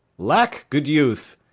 lack, good youth!